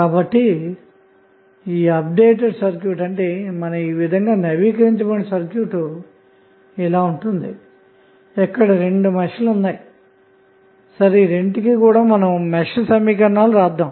కాబట్టి నవీకరించబడిన సర్క్యూట్ ఇలా ఉంటుంది ఇక్కడ రెండు మెష్లు ఉన్నాయి ఈ రెంటికి కూడా మెష్ సమీకరణాలు వ్రాద్దాము